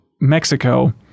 Mexico